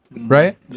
right